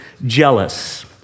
Jealous